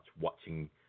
watching